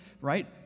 right